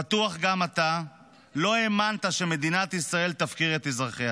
בטוח גם אתה לא האמנת שמדינת ישראל תפקיר את אזרחיה.